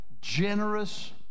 generous